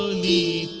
me